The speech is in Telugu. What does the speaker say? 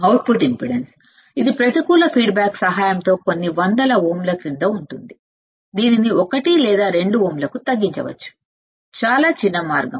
అవుట్పుట్ ఇంపిడెన్స్ కొన్ని వందల ఓంల క్రింద ఉంటుంది ప్రతికూల ఫీడ్ బ్యాక్ సహాయంతో దీనిని 1 లేదా 2 ఓంలకు తగ్గించవచ్చు చాలా చిన్న మార్గం